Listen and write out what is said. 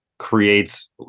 creates